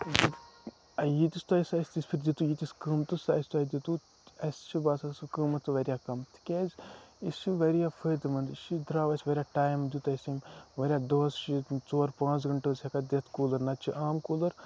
ییٖتس تۄہہِ سُہ اَسہِ تِژھ پھِر دِتوٗ ییٖتِس قۭمتس سُہ اَسہِ دِتوٗ اَسہِ چھُ باسان سُہ قۭمَتھ واریاہ کَم تِکیازِ یہِ چھُ واریاہ فٲیدٕ مَند یہِ چھُ درٛاو اَسہِ واریاہ ٹایم دیُت اسہِ أمۍ واریاہ دۄہَس چھُ یہِ ژور پانٛژھ گَنٹہٕ حظ ہٮ۪کان دِتھ کوٗلر نتہٕ چھ عام کوٗلر